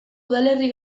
udalerri